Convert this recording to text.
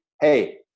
hey